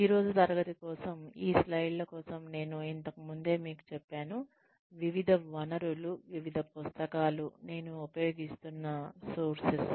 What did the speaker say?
ఈ రోజు తరగతి కోసం ఈ స్లైడ్ల కోసం నేను ఇంతకు ముందే మీకు చెప్పాను వివిధ వనరులు వివిధ పుస్తకాలు నేను ఉపయోగిస్తున్న సోర్సెస్